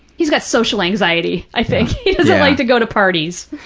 he's got social anxiety, i think. he doesn't like to go to parties.